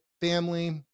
family